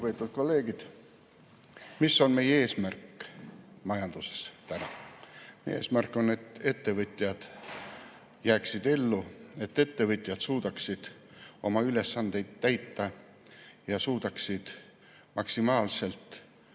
Mis on täna meie eesmärk majanduses? Meie eesmärk on, et ettevõtted jääksid ellu, et ettevõtted suudaksid oma ülesandeid täita ja suudaksid maksimaalselt